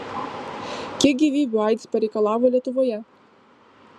kiek gyvybių aids pareikalavo lietuvoje